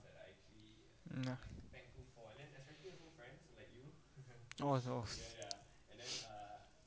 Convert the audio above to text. mm ya oh oh